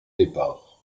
départ